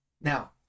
Now